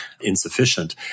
insufficient